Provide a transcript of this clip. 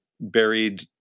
buried